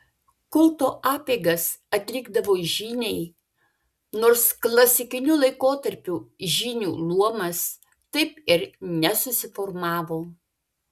kulto apeigas atlikdavo žyniai nors klasikiniu laikotarpiu žynių luomas taip ir nesusiformavo